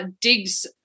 digs